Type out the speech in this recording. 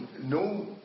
no